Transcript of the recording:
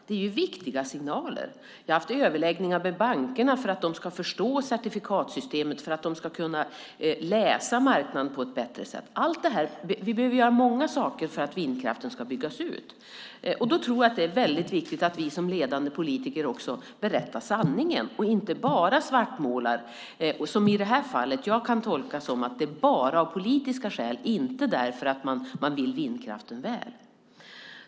Det är viktiga signaler. Jag har haft överläggningar med bankerna för att de ska förstå certifikatsystemet och kunna läsa marknaden på ett bättre sätt. Vi behöver göra många saker för att vindkraften ska byggas ut. Jag tror att det är väldigt viktigt att vi som ledande politiker också berättar sanningen och inte bara svartmålar. I det här fallet tolkar jag det så att det bara sker av politiska skäl och inte därför att man vill vindkraften väl.